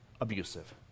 abusive